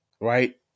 right